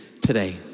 today